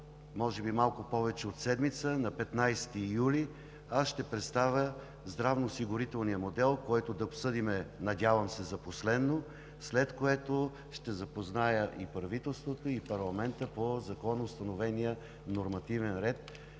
може би малко повече от седмица: на 15 юли ще представя здравноосигурителния модел, който да обсъдим, надявам се за последно, след което ще запозная и правителството, и парламента по законоустановения нормативен ред,